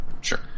Sure